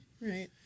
right